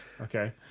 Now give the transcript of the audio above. Okay